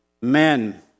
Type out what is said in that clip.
men